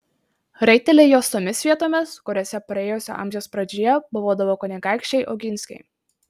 raiteliai jos tomis vietomis kuriose praėjusio amžiaus pradžioje buvodavo kunigaikščiai oginskiai